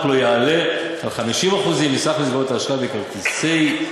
לא יעלה על 50% מסך מסגרות האשראי בכרטיסי,